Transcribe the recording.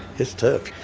it's tough.